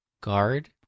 Guard